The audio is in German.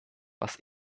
was